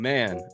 Man